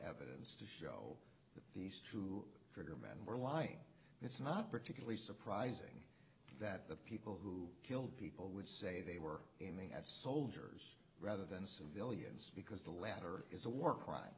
evidence to show that these true trigger men were lying it's not particularly surprising that the people who killed people would say they were aiming at soldiers rather than civilians because the latter is a war crime